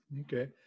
Okay